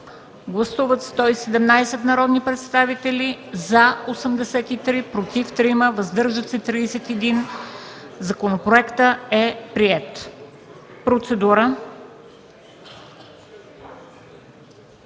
Гласували 117 народни представители: за 83, против 3, въздържали се 31. Законопроектът е приет. Процедура.